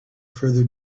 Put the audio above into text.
further